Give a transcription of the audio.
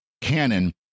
canon